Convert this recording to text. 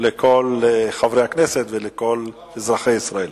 לכל חברי הכנסת ולכל אזרחי ישראל.